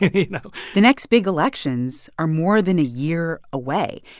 you know the next big elections are more than a year away,